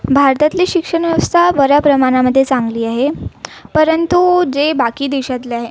भारतातली शिक्षण व्यवस्था बऱ्या प्रमाणामध्ये चांगली आहे परंतू जे बाकी देशातले आहे